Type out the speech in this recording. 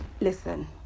listen